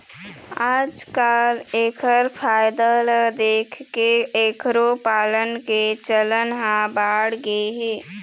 आजकाल एखर फायदा ल देखके एखरो पालन के चलन ह बाढ़गे हे